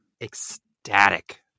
ecstatic